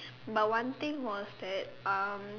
but one thing was that um